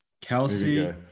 Kelsey